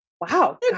Wow